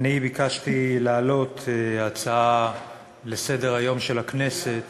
אני ביקשתי להעלות הצעה לסדר-היום של הכנסת